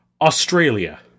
Australia